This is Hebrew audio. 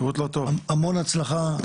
המון הצלחה אנחנו לרשותך.